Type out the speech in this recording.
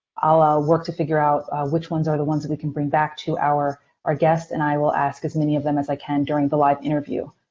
i'll work to figure out which ones are the ones that we can bring back to our our guest, and i will ask as many of them as i can during the live interview.